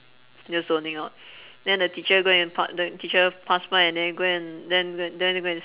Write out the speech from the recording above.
just zoning out then the teacher go and pa~ the teacher passed by and then go and then g~ then go and